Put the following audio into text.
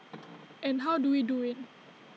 and how do we do IT